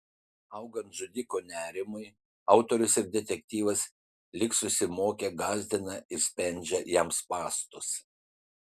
augant žudiko nerimui autorius ir detektyvas lyg susimokę gąsdina ir spendžia jam spąstus